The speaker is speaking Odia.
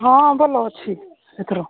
ହଁ ଭଲ ଅଛି ଏଥର